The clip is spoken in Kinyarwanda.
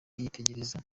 yitegereza